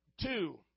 two